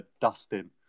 Dustin